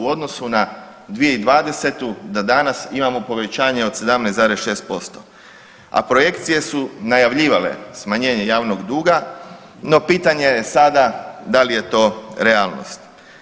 U odnosu na 2020. da danas imamo povećanje od 17,6%, a projekcije su najavljivale smanjenje javnog duga no pitanje je sada da li je to realnost.